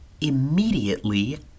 immediately